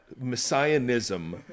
messianism